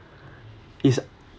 it’s